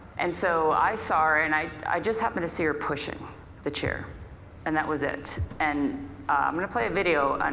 and so i saw her and i i just happened to see her pushing the chair and that was it. and i'm gonna play a video.